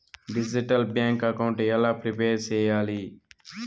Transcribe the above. Digital bank account ఎలా prepare సెయ్యాలి?